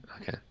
Okay